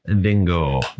dingo